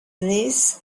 knees